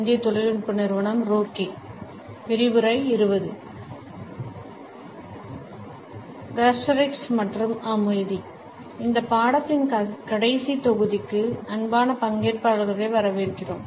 இந்த பாடத்தின் கடைசி தொகுதிக்கு அன்பான பங்கேற்பாளர்களை வரவேற்கிறோம்